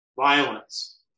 violence